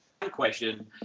question